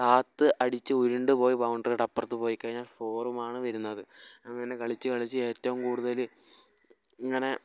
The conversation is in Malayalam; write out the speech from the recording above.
അകത്തു അടിച്ച് ഉരുണ്ട് പോയി ബൗണ്ടറിയുടെ അപ്പുറത്തു പോയി കഴിഞ്ഞാൽ ഫോറും ആണ് വരുന്നത് അങ്ങനെ കളിച്ച് കളിച്ച് ഏറ്റവും കൂടുതല് ഇങ്ങനെ